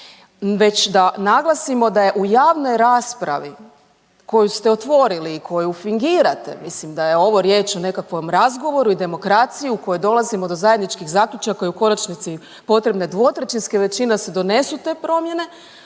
već da naglasimo da je u javnoj raspravi koju ste otvorili i koju fingirate, mislim da je ovo riječ o nekakvom razgovoru i demokraciji u kojoj dolazimo do zajedničkih zaključaka i u konačnici potrebne dvotrećinske većine da se donesu te promjene,